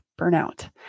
burnout